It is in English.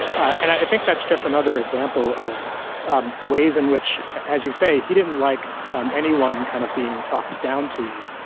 and i think that's just another example of um ways in which as you say he didn't like um anyone kind of being talked down to.